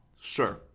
sure